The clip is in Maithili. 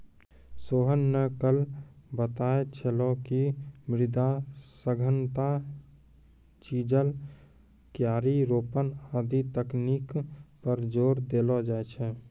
सोहन न कल बताय छेलै कि मृदा सघनता, चिजल, क्यारी रोपन आदि तकनीक पर जोर देलो जाय छै